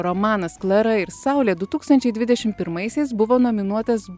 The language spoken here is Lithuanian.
romanas klara ir saulė du tūkstančiai dvidešim pirmaisiais buvo nominuotas